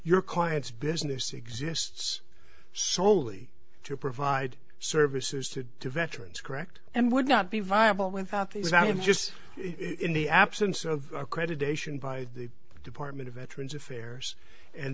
your client's business exists solely to provide services to the veterans correct and would not be viable without things that have just in the absence of accreditation by the department of veterans affairs and